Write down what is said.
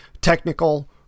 technical